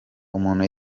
umuntu